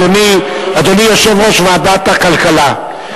אדוני יושב-ראש ועדת הכלכלה,